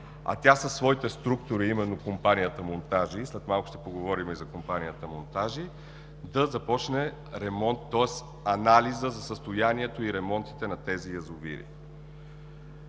а тя със своите структури, именно компанията „Монтажи“ – след малко ще поговорим и за компанията „Монтажи“, да започне анализът за състоянието и ремонтите на тези язовири.